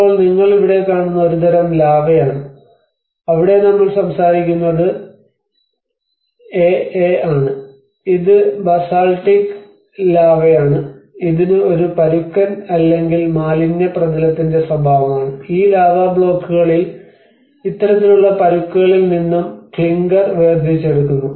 ഇപ്പോൾ നിങ്ങൾ ഇവിടെ കാണുന്നത് ഒരുതരം ലാവയാണ് അവിടെ നമ്മൾ സംസാരിക്കുന്നത് Aa ആണ് ഇത് ബസാൾട്ടിക് ലാവയാണ് ഇതിന് ഒരു പരുക്കൻ അല്ലെങ്കിൽ മാലിന്യ പ്രതലത്തിന്റെ സ്വഭാവമാണ് ഈ ലാവ ബ്ലോക്കുകളിൽ ഇത്തരത്തിലുള്ള പരുക്കുകളിൽ നിന്നും ക്ലിങ്കർ വേർതിരിച്ചെടുക്കുന്നു